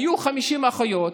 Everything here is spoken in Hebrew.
היו 50 אחיות.